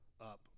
up